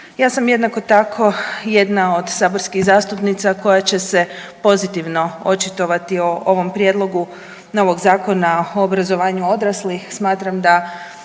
Ja sam jednako tako jedna od saborskih zastupnica koja će se pozitivno očitovati o ovom prijedlogu novog Zakona o obrazovanju odraslih.